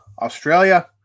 Australia